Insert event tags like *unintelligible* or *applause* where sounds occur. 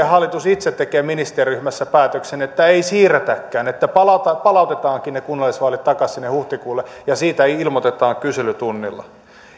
*unintelligible* hallitus itse tekee ministeriryhmässä päätöksen että ei siirretäkään että palautetaankin ne kunnallisvaalit takaisin sinne huhtikuulle ja siitä ilmoitetaan kyselytunnilla